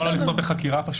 למה לא לכתוב פשוט בחקירה?